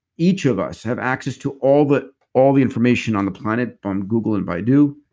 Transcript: each of us have access to all the all the information on the planet, on google and baidu.